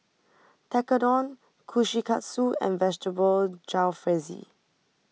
Tekkadon Kushikatsu and Vegetable Jalfrezi